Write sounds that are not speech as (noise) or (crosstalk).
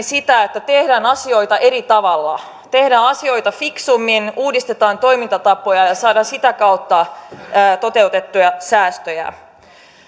(unintelligible) sitä että tehdään asioita eri tavalla tehdään asioita fiksummin uudistetaan toimintatapoja ja saadaan sitä kautta toteutettuja säästöjä